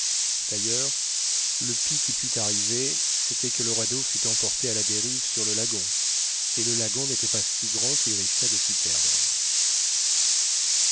d'ailleurs le pis qui pût arriver c'était que le radeau fût emporté à la dérive sur le lagon et le lagon n'était pas si grand qu'il risquât de s'y perdre